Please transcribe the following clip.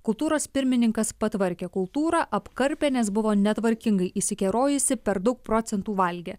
kultūros pirmininkas patvarkė kultūrą apkarpė nes buvo netvarkingai įsikerojusi per daug procentų valgė